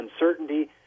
Uncertainty